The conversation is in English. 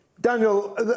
Daniel